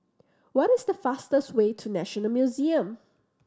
what is the fastest way to National Museum